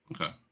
Okay